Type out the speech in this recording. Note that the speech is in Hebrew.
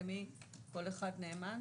למי כל אחד נאמן?